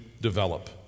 develop